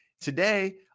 Today